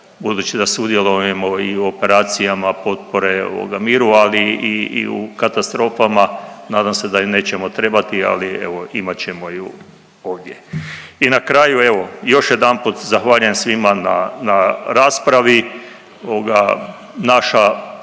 budući da sudjelujemo i u operacijama potpore miru ali i u, i u katastrofama, nadam se da je nećemo trebati ali imat ćemo ju ovdje. I na kraju evo, još jedanput zahvaljujem svima na, na raspravi.